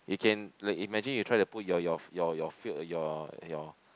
you can like imagine you try to put your your your your your your